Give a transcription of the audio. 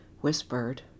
whispered